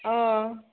अ